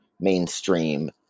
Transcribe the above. mainstream